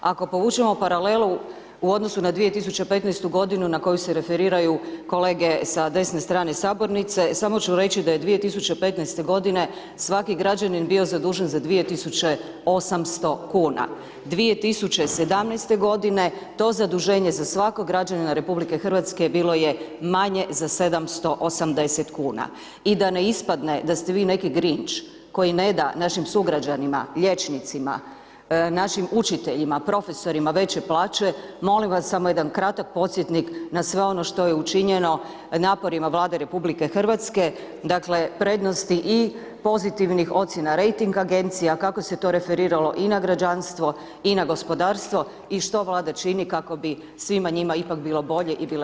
Ako povučemo paralelu u odnosu na 2015. godinu na koju se referiraju kolege sa desne strane sabornice, samo ću reći da je 2015. godine svaki građanin bio zadužen za 2.800 kuna, 2017. to zaduženje za svakog građanina RH bilo je manje za 780 kuna i da ne ispadne da ste vi neki grinč koji ne da našim sugrađanima, liječnicima, našim učiteljima, profesorima veće plaće molim vas samo jedan kratak podsjetnik na sve ono što je učinjeno naporima Vlade RH, dakle prednosti i pozitivnih ocjena rejting agencija kako se to referiralo i na građanstvo i na gospodarstvo i što Vlada čini kako bi svima njima ipak bilo bolje i bile veće plaće.